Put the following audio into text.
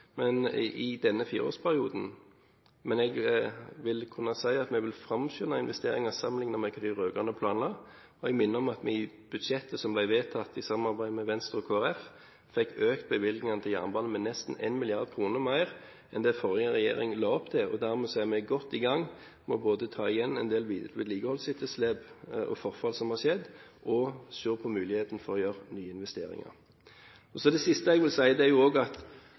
i denne fireårsperioden, men jeg vil kunne si at vi vil framskynde investeringer sammenlignet med hva de rød-grønne planla. Jeg minner om at vi i budsjettet som ble vedtatt i samarbeid med Venstre og Kristelig Folkeparti, fikk økt bevilgningene til jernbanen med nesten 1 mrd. kr mer enn forrige regjering la opp til. Dermed er vi godt i gang med både å ta igjen en del vedlikeholdsetterslep og forfall som har skjedd, og se på mulighetene for å gjøre nye investeringer. Det siste jeg vil si, er at de prioriteringene som Stortinget gjør, ofte er gjort med henblikk på hvordan de enkelte fylkene og